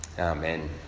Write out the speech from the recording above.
Amen